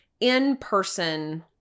in-person